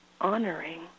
honoring